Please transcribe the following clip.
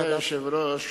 אדוני היושב-ראש,